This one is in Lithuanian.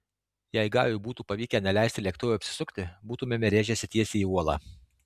jei gajui būtų pavykę neleisti lėktuvui apsisukti būtumėme rėžęsi tiesiai į uolą